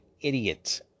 idiot